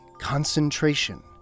concentration